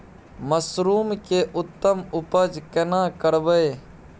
Mushroom के उत्तम उपज केना करबै?